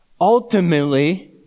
Ultimately